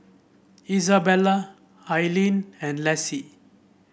Isabelle Ailene and Lassie